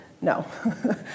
No